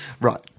Right